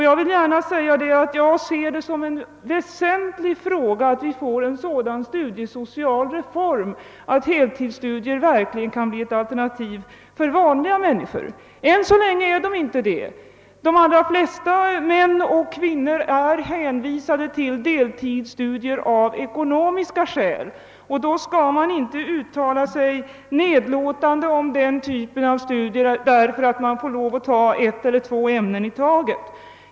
Jag vill gärna säga att jag ser det som en väsentlig fråga att vi får en sådan studiesocial reform, att heltidsstudier verkligen kan bli ett alternativ för vanliga människor. Än så länge är de inte det. De allra flesta män och kvinnor är av ekonomiska skäl hänvisade till deltidsstudier, och då skall man inte uttala sig nedlåtande om den typen av studier på grund av att vederbörande får lov att ta ett eller två ämnen i taget.